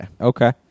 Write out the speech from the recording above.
Okay